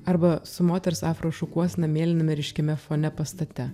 arba su moters afro šukuosena mėlyname ryškiame fone pastate